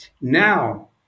Now